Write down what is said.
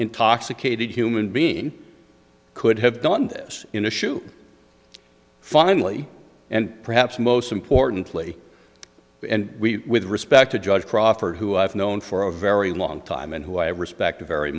intoxicated human being could have done this in a shoe finally and perhaps most importantly and we with respect to judge crawford who i've known for a very long time and who i respect very